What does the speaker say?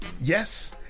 Yes